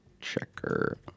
checker